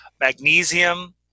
magnesium